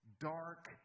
Dark